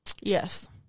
yes